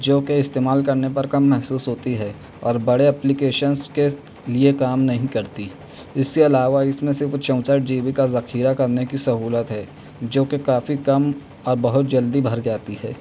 جو کہ استعمال کرنے پر کم محسوس ہوتی ہے اور بڑے ایپلیکیشنس کے لیے کام نہیں کرتی اس کے علاوہ اس میں صرف چونسٹھ جی بی کا ذخیرہ کرنے کی سہولت ہے جو کہ کافی کم اور بہت جلدی بھر جاتی ہے